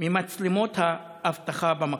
ממצלמות האבטחה במקום?